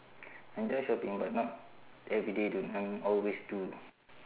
I enjoy shopping but not everyday doing then always do